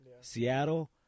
Seattle